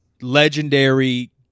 legendary